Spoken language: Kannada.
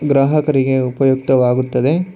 ಗ್ರಾಹಕರಿಗೆ ಉಪಯುಕ್ತವಾಗುತ್ತದೆ